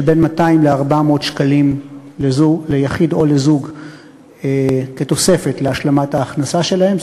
200 400 שקלים ליחיד או לזוג כתוספת להשלמת ההכנסה שלהם.